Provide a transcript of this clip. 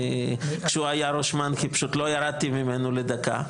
כשהוא היה ראש מנח"י פשוט לא ירדתי ממנו לדקה.